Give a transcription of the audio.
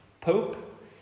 pope